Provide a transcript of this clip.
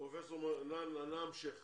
בבקשה, פרופ' מור יוסף, נא המשך